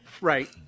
Right